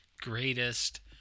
greatest